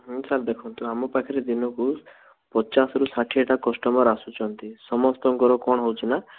ହଁ ସାର୍ ଦେଖନ୍ତୁ ଆମ ପାଖରେ ଦିନକୁ ପଚାଶରୁ ଷାଠିଏଟା କଷ୍ଟମର୍ ଆସୁଛନ୍ତି ସମସ୍ତଙ୍କର କ'ଣ ହେଉଛି ନା